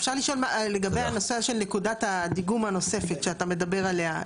אפשר לשאול לגבי הנושא של נקודת הדיגום הנוספת שאתה מדבר עליה,